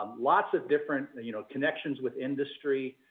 um lots of different, and you know, connections with industry,